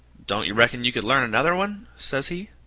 don't you reckon you could learn another one? says he.